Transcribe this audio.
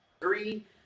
three